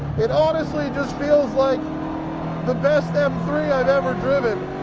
it honestly just feels like the best m three i've ever driven.